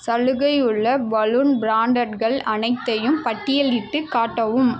சலுகை உள்ள பலூன் ப்ராண்டட்கள் அனைத்தையும் பட்டியலிட்டுக் காட்டவும்